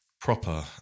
proper